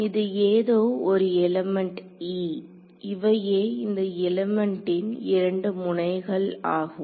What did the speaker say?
இது ஏதோ ஒரு எலிமெண்ட் e இவையே இந்த எலிமெண்ட்டின் இரண்டு முனைகள் ஆகும்